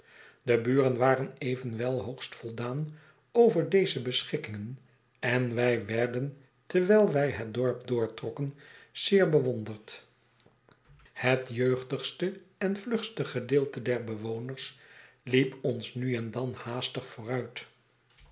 de buren waren evenwel hoogst voldaan over deze beschikkingen en wij werden terwijl wij het dorp doortrokken zeer bewonderd het jeugdigste en vlugste gedeelte der bewoners hep ons nu en dan haastig vooruit